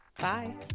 Bye